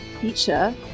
feature